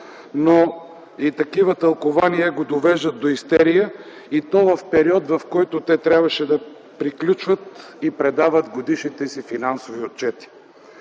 но и такива тълкувания го довеждат до истерия, и то в период, в който те трябваше да приключват и предават годишните си финансови отчети.